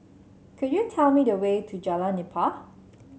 could you tell me the way to Jalan Nipah